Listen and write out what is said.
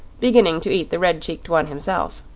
beginning to eat the red-cheeked one himself.